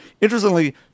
Interestingly